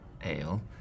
ale